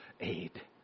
aid